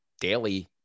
daily